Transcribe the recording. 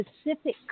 specific